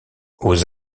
aux